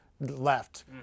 left